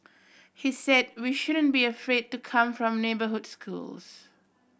he said we shouldn't be afraid to come from neighbourhood schools